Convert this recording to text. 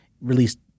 released